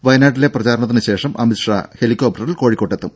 വയനാട്ടിലെ പ്രചാരണത്തിന് ശേഷം അമിത് ഷാ ഹെലികോപ്റ്ററിൽ കോഴിക്കോട്ടെത്തും